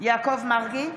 יעקב מרגי,